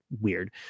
weird